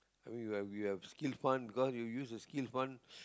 I mean we have we have skill fund because we use the skill fund